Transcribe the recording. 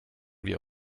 wir